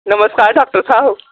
नमस्कार डॉक्टर साह्ब